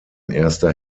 erster